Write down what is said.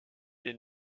est